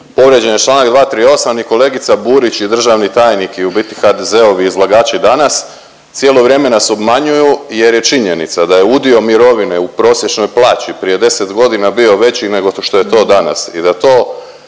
povrijeđen je članak 238. i kolegica Burić i državni tajnik i u biti HDZ-ovi izlagači danas cijelo vrijeme nas obmanjuju jer je činjenica da je udio mirovine u prosječnoj plaći prije 10 godina bio veći nego što je to danas